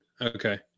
Okay